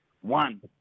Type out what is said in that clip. One